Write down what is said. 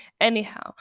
Anyhow